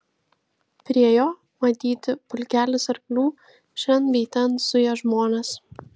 prie jo matyti pulkelis arklių šen bei ten zuja žmonės